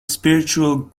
spiritual